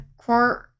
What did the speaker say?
court